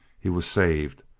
he was saved,